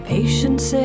Patience